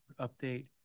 update